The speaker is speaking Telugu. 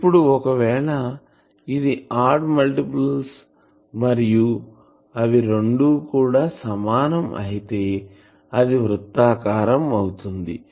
ఇప్పుడు ఒకవేళ ఇది ఆడ్ మల్టిపుల్స్ మరియు అవి రెండు కూడా సమానం అయితే అది వృతాకారం అవుతుంది